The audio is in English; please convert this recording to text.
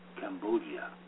Cambodia